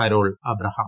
Carol Abraham